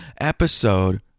episode